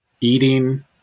eating